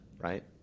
right